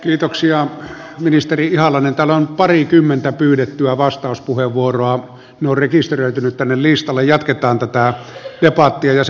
itoksi ja ministeri halonen talon parikymmentä pyydettyä vastauspuheenvuoroaan no rekisteröitynyttä listalle jatketaan tätä ja paatti jos